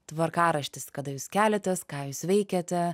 tvarkaraštis kada jūs keliatės ką jūs veikiate